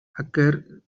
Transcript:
acquire